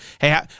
Hey